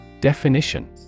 Definition